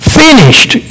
finished